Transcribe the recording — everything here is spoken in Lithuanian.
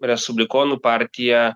respublikonų partija